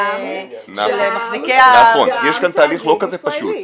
של מחזיקי -- גם תאגיד ישראלי.